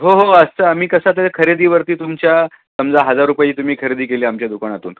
हो हो असंत आम्ही कसं आता त्या खरेदीवरती तुमच्या समजा हजार रुपये तुम्ही खरेदी केली आमच्या दुकानातून